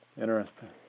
Interesting